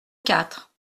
quatre